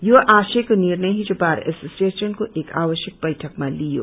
यो आशयको निर्ण हिजो बार एसोसिएशन को एक आवश्यक बैठकमा लिइर्ययो